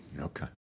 Okay